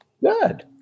Good